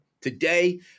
Today